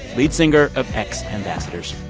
lead singer of x ambassadors.